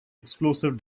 explosive